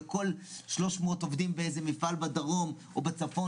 לכל 300 עובדים באיזה מפעל בדרום או בצפון